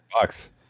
bucks